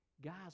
guys